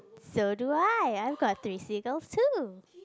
so do I I've got three seagulls too